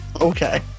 Okay